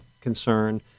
concern